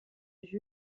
jeu